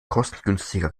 kostengünstiger